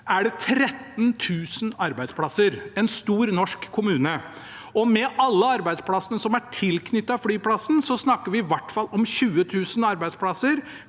er det 13 000 arbeidsplasser – det er en stor norsk kommune. Med alle arbeidsplassene som er tilknyttet flyplassen, snakker vi om i hvert fall 20 000 arbeidsplasser,